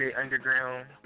underground